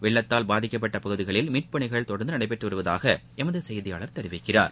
வெள்ளத்தால் பாதிக்கப்பட்ட பகுதிகளில் மீட்புப்பனிகள் தொடர்ந்து நடைபெற்று வருவதாக எமது சுசெய்தியாளர் தெரிவிக்கிறார்